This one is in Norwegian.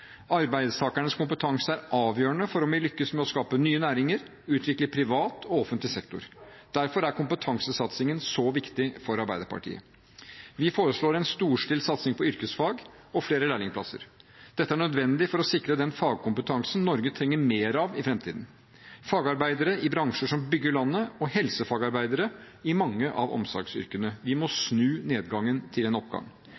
Arbeidstakernes kompetanse er avgjørende for om vi lykkes med å skape nye næringer og å utvikle privat og offentlig sektor. Derfor er kompetansesatsingen så viktig for Arbeiderpartiet. Vi foreslår en storstilt satsing på yrkesfag og flere lærlingplasser. Dette er nødvendig for å sikre den fagkompetansen Norge trenger mer av i framtiden: fagarbeidere i bransjer som bygger landet og helsefagarbeidere i mange av omsorgsyrkene. Vi